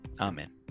Amen